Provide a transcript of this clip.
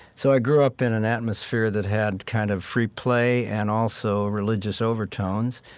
so i grew up in an atmosphere that had kind of free play and also religious overtones.